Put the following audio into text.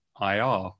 IR